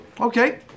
Okay